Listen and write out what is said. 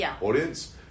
audience